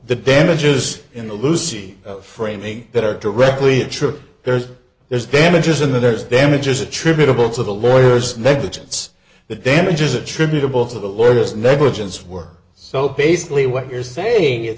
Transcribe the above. the bandages in the lucy framing that are directly true there's there's damages and there's damages attributable to the lawyers negligence the damages attributable to the latest negligence work so basically what you're saying it